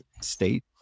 state